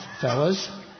fellas